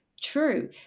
true